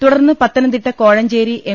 തുടർന്ന് Pathanamthitta Kozhencherry M